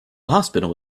hospital